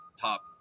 top